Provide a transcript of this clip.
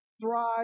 thrive